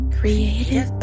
Creative